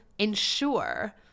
ensure